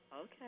Okay